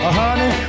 honey